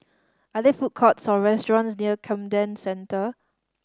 are there food courts or restaurants near Camden Centre